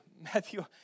Matthew